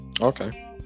Okay